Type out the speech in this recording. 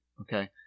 Okay